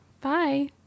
Bye